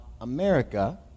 America